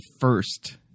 first